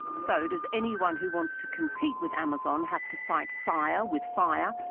so does anyone who wants to compete with amazon have to fight fire with fire?